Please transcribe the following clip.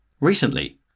Recently